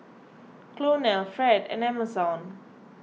Colonel Fred and Emerson